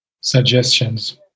suggestions